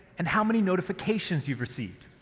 and how many notifications you've received.